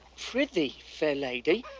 prithee, fair lady,